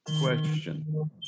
question